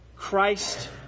Christ